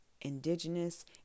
indigenous